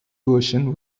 version